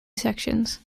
sections